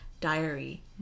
diary